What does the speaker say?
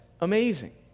amazing